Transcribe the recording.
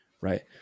Right